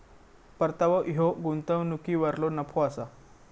परतावो ह्यो गुंतवणुकीवरलो नफो असा